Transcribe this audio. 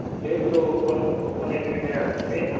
ಬೆಳಗ್ಗೆ open open ಎಂಟು ಗಂಟೆಗೆ ಆಗುತ್ತೆ ರೀ